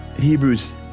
Hebrews